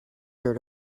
dirt